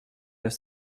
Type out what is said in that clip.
neuf